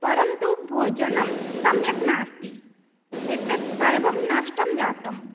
परन्तु भोजनं सम्यक् नास्ति एतत् सर्वं नष्टं जातम्